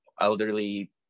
elderly